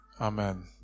Amen